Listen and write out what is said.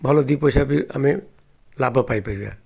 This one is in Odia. ଭଲ ଦୁଇ ପଇସା ବି ଆମେ ଲାଭ ପାଇପାରିବା